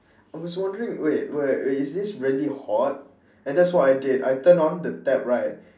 I was wondering wait wait is this really hot and that's what I did I turned on the tap right